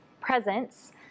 presence